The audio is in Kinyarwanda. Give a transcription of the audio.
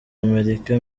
amerika